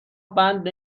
بند